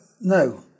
no